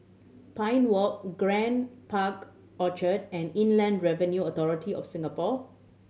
Pine Walk Grand Park Orchard and Inland Revenue Authority of Singapore